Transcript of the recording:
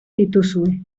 dituzue